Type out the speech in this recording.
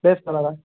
days ஸ்காலரா